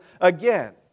again